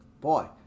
Boy